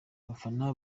abafana